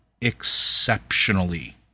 exceptionally